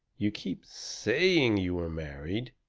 you keep saying you were married.